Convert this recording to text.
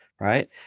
Right